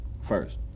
first